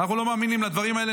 אנחנו לא מאמינים לדברים האלה.